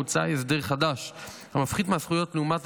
מוצע הסדר חדש המפחית מהזכויות לעומת